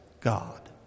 God